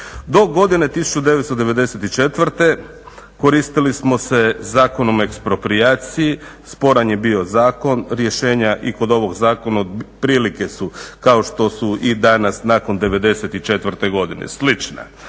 Do godine 1994.koristili smo se Zakonom eksproprijacije, sporan je bio zakon, rješenja i kod ovog zakona otprilike su kao što su i danas nakon '94.godine slična.